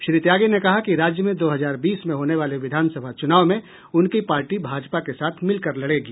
श्री त्यागी ने कहा कि राज्य में दो हजार बीस में होने वाले विधानसभा चुनाव में उनकी पार्टी भाजपा के साथ मिलकर लड़ेगी